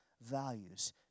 values